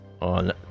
on